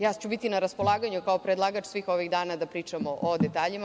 Ja ću biti na raspolaganju kao predlagač svih ovih dana da pričamo o detaljima.